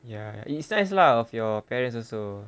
ya it's nice lah of your parents also